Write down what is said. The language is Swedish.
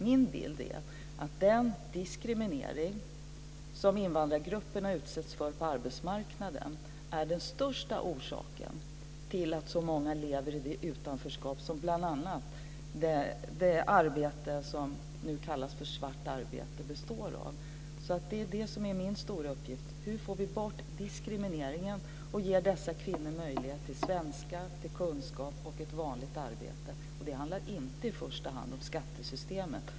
Min bild är att den diskriminering som invandrargrupperna utsätts för på arbetsmarknaden är den största orsaken till att så många lever i det utanförskap som bl.a. det arbete som kallas för svart arbete är en del av. Det är min stora uppgift: Hur får vi bort diskrimineringen och ger dessa kvinnor möjlighet till att läsa svenska, få kunskap och ett vanligt arbete? Det handlar inte i första hand om skattesystemet.